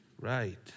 Right